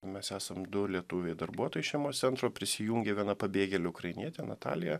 mes esam du lietuviai darbuotojai šeimos centro prisijungė viena pabėgėlė ukrainietė natalija